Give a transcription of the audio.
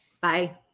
Bye